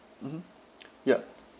mmhmm yup